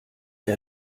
der